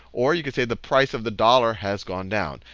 or you could say the price of the dollar has gone down.